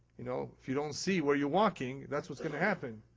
you know, if you don't see where you're walking, that's what's going to happen.